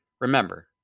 Remember